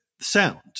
sound